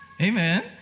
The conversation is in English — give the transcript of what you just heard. Amen